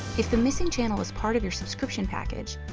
if the missing channel is part of your subscription package,